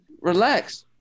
Relax